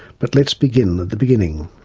but let's begin at the beginning.